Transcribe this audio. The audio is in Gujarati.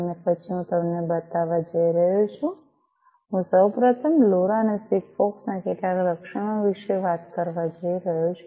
અને પછી હું તમને બતાવવા જઈ રહ્યો છું હું સૌપ્રથમ લોરા અને સિગફોક્સ ના કેટલાક લક્ષણો વિશે વાત કરવા જઈ રહ્યો છું